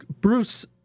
Bruce